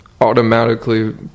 automatically